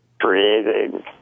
creating